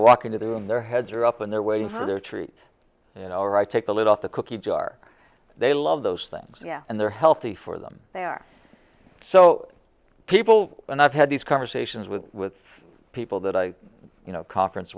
walk into the room their heads are up and they're waiting for their treat you know all right take the lid off the cookie jar they love those things yeah and they're healthy for them they are so people and i've had these conversations with with people that i you know conference